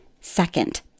Second